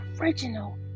original